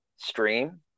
stream